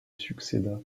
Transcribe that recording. succéda